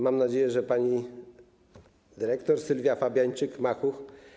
Mam nadzieję, że pani dyrektor Sylwia Fabiańczyk-Makuch.